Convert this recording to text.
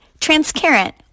Transparent